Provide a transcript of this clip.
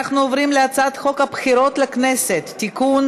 אנחנו עוברים להצעת חוק הבחירות לכנסת (תיקון,